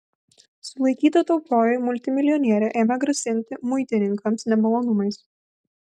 sulaikyta taupioji multimilijonierė ėmė grasinti muitininkams nemalonumais